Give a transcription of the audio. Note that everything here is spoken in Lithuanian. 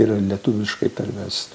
ir lietuviškai perverst